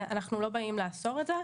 אנחנו לא באים לאסור את זה.